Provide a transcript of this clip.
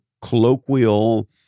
colloquial